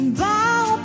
bow